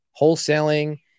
Wholesaling